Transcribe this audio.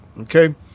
Okay